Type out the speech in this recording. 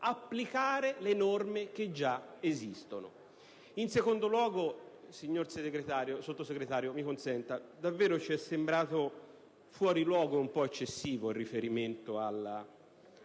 applicare le norme che già esistono.